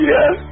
Yes